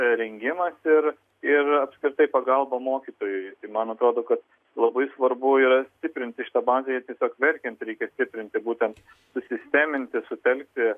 rengimas ir ir apskritai pagalba mokytojui man atrodo kad labai svarbu yra stiprinti šitą bazę ir tiesiog verkiant reikia stiprinti būtent susisteminti sutelkti